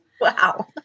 Wow